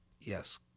Yes